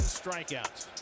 strikeouts